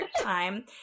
time